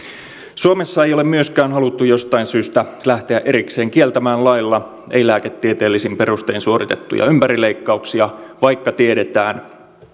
suomessa ei ole myöskään haluttu jostain syystä lähteä erikseen kieltämään lailla ei lääketieteellisin perustein suoritettuja ympärileikkauksia vaikka tiedetään